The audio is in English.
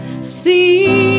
See